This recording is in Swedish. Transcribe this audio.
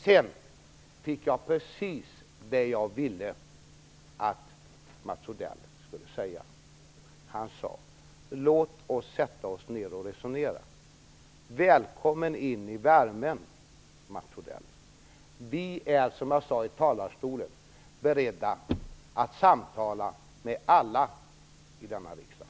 Mats Odell sade precis det jag ville att han skulle säga. Han sade: Låt oss sätta oss ned och resonera. Välkommen in i värmen, Mats Odell! Vi är, som jag sade i talarstolen, beredda att samtala med alla i denna riksdag.